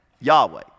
Yahweh